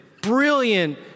brilliant